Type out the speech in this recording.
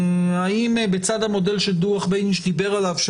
האם בצד המודל שדוח בייניש דיבר עליו,